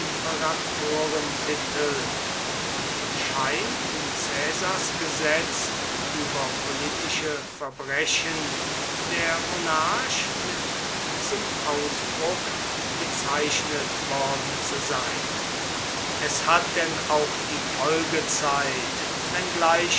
imperatorentitel und scheint in caesars gesetz über politische verbrechen der monarch mit diesem ausdruck bezeichnet worden zu sein es hat denn auch die folgezeit wenngleich